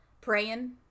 praying